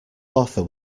author